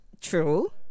True